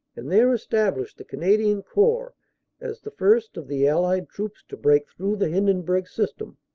and there establish the canadian corps as the first of the allied troops to break through the hindenburg system,